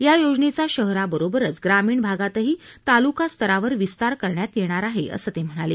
या योजनेचा शहराबरोबरच ग्रामीण भागातही तालुकास्तरावर विस्तार करण्यात येणार आहे असं ते म्हणाले